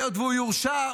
הוא יורשע.